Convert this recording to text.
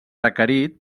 requerit